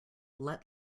let